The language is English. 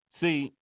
See